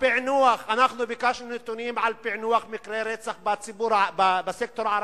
אנחנו ביקשנו נתונים על פענוח מקרי רצח בסקטור הערבי.